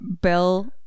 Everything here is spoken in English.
Bill